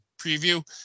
preview